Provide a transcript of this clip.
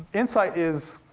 insight is,